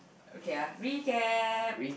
okay I recap